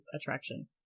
attraction